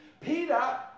Peter